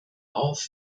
auf